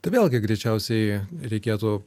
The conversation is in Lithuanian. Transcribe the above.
tai vėlgi greičiausiai reikėtų